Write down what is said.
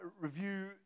review